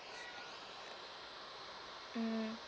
mm